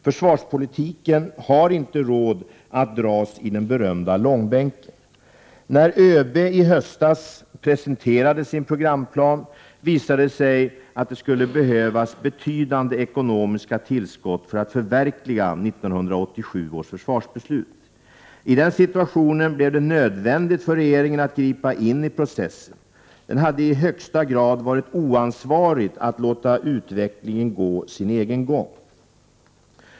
Försvarspolitiken har inte råd att dras i den berömda långbänken. När överbefälhavaren i höstas presenterade sin programplan visade det sig att det skulle behövas betydande ekonomiska tillskott för att förverkliga 1987 års försvarsbeslut. I den situationen blev det nödvändigt för regeringen att gripa in i processen. Det hade i högsta grad varit oansvarigt att låta utvecklingen gå sin egen gång.